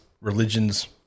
religions